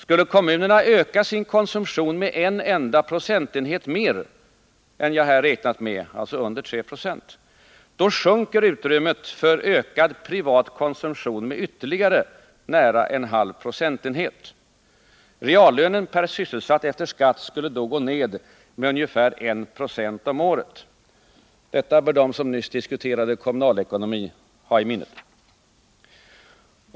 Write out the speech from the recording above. Skulle kommunerna öka sin konsumtion med en enda procentenhet mer än jag här har räknat med, alltså under 3 26, sjunker utrymmet för ökad privat konsumtion med ytterligare nära en halv procentenhet. Reallönen per sysselsatt efter skatt skulle då gå ned med ungefär 1 96 om året. Detta bör de som nyss diskuterade kommunalekonomi ha i minnet.